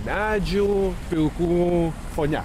medžių pilkų fone